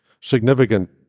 significant